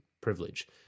privilege